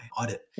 audit